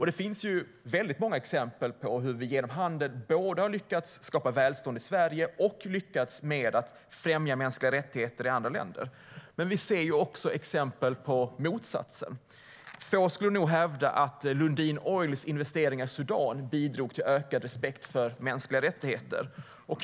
Det finns många exempel på hur vi genom handel både har lyckats skapa välstånd i Sverige och lyckats främja mänskliga rättigheter i andra länder. Men vi ser också exempel på motsatsen. Få skulle hävda att Lundin Oils investeringar i Sudan bidrog till ökad respekt för mänskliga rättigheter.